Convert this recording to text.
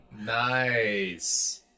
nice